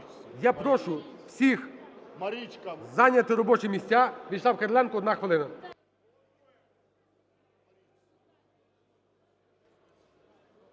Я прошу всіх зайняти робочі місця, В'ячеслав Кириленко, одна хвилина.